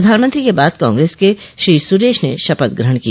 प्रधानमंत्री के बाद कांग्रेस के श्री सुरेश ने शपथ ग्रहण की